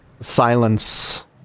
Silence